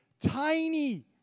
tiny